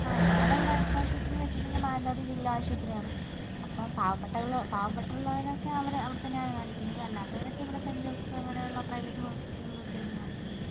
ആ ഞങ്ങളുടെ ഇവിടെ അടുത്തുള്ള ആശുപത്രിയെന്നു വച്ചിട്ടുണ്ടെങ്കിൽ മാനന്തവാടി ജില്ലാ ആശുപത്രി ആണ് അപ്പം പാവപ്പെട്ട ഉളളൂ പാവപ്പെട്ടുള്ളവരൊക്കെ അവരെ അവിടെ തന്നെയാണ് കാണിക്കുന്നത് അല്ലാത്തവരൊക്കെ ഇവിടെ സെൻ്റ് ജോസഫ് അങ്ങനെ ഉള്ള പ്രൈവറ്റ് ഹോസ്പിറ്റലിലൊക്കെ ആണ് കാണിക്കുന്നത്